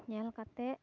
ᱧᱮᱞ ᱠᱟᱛᱮᱫ